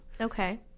Okay